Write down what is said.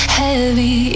heavy